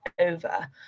over